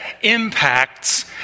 impacts